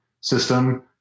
system